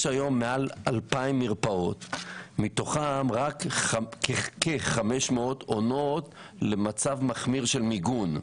יש היום מעל 2,000 מרפאות מתוכן רק כ-500 עונות למצב מחמיר של מיגון.